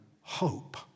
hope